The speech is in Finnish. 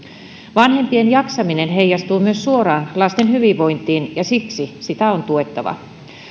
vanhempien jaksaminen heijastuu myös suoraan lasten hyvinvointiin ja siksi sitä on tuettava